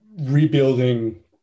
rebuilding